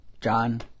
john